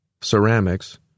ceramics